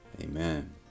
Amen